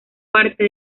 parte